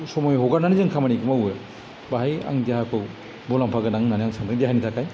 समय हगारनानै जों खामानिखौ मावो बेवहाय आं देहाखौ मुलाम्फा गोनां होननानै आं सान्दों देहानि थाखाय